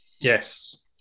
Yes